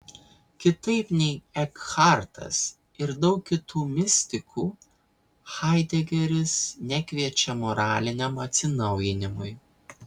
kitaip nei ekhartas ir daug kitų mistikų haidegeris nekviečia moraliniam atsinaujinimui